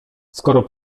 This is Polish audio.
skoro